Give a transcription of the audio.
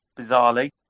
bizarrely